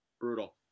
Brutal